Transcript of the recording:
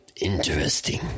interesting